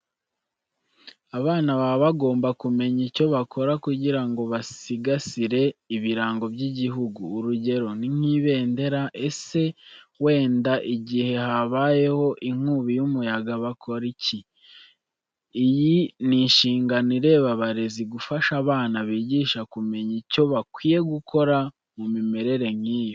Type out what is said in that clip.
Abana baba bagomba kumenya icyo bakora kugira ngo basigasire ibirango by'igihugu, urugero nk'ibendera. Ese wenda igihe habaye inkubi y'umuyaga bakora iki? Iyi ni inshingano ireba abarezi gufasha abana bigisha kumenya icyo bakwiye gukora mu mimerere nk'iyo.